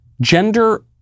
Gender